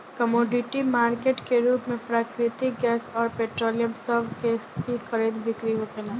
commodity market के रूप में प्राकृतिक गैस अउर पेट्रोलियम सभ के भी खरीद बिक्री होखेला